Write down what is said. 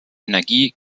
energie